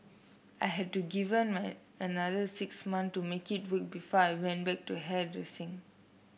I had to given my another six month to make it work before I went back to hairdressing